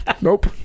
Nope